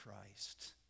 Christ